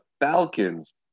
Falcons